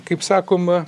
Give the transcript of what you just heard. kaip sakoma